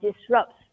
disrupts